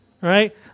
Right